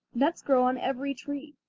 nuts grow on every tree,